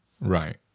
Right